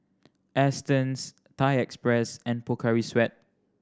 Astons Thai Express and Pocari Sweat